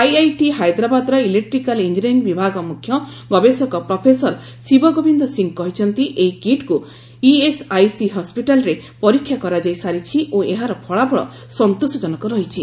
IIT ହାଇଦ୍ରାବାଦର electrical engineering ବିଭାଗ ମୁଖ୍ୟ ଗବେଷକ ପ୍ରଫେସର ଶିବ ଗୋବିନ୍ଦ ସିଂ କହିଛନ୍ତି ଏହି କିଟ୍କୁ ଇଏସ୍ଆଇସି ହସ୍ୱିଟାଲ୍ରେ ପରୀକ୍ଷା କରାଯାଇ ସାରିଛି ଓ ଏହାର ଫଳାଫଳ ସନ୍ତୋଷଜନକ ରହିଛି